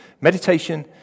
meditation